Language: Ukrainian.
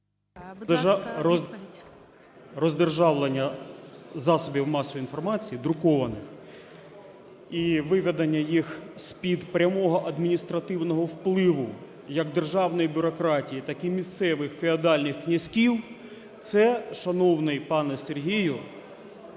Роздержавлення засобів масової інформації друкованих і виведення їх з-під прямого адміністративного впливу як державної бюрократії, так і місцевих феодальних князьків, це, шановний пане Сергію,